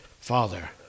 Father